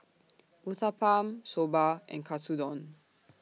Uthapam Soba and Katsudon